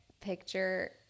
picture